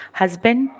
husband